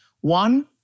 One